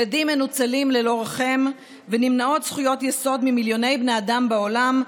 ילדים מנוצלים ללא רחם ונמנעות זכויות יסוד ממיליוני בני אדם בעולם,